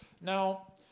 Now